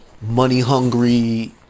money-hungry